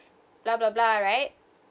blah blah blah right